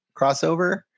crossover